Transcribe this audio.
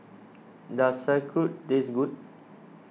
does Sauerkraut taste good